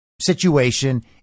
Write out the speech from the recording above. situation